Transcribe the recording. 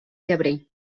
llebrer